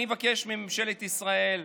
אני מבקש מממשלת ישראל: